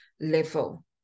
level